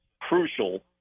crucial